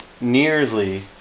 nearly